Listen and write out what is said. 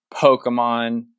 pokemon